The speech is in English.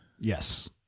Yes